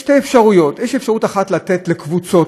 יש שתי אפשרויות: יש אפשרות אחת לתת לקבוצות,